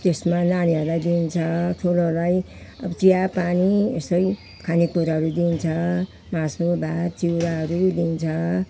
त्यसमा नानीहरूलाई दिइन्छ ठुलोहरूलाई अब चियापानी यसै खानेकुराहरू दिइन्छ मासु भात चिउराहरू दिइन्छ